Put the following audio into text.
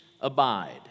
abide